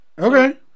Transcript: Okay